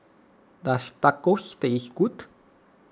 does Tacos tastes good